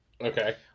Okay